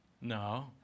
No